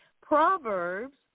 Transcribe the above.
Proverbs